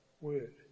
word